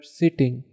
sitting।